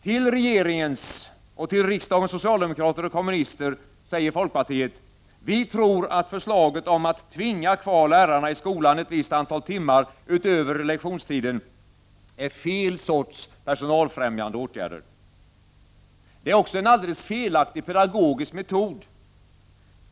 Till regeringen — och till riksdagens socialdemokrater och kommunister — säger folkpartiet: Vi tror att förslaget om att tvinga kvar lärarna i skolan ett visst antal timmar utöver lektionstiden är fel sorts personalfrämjande åtgärder. Det är också en alldeles felaktig pedagogisk metod.